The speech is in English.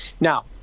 Now